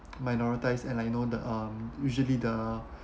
minorities and I know the um usually the